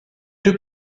deux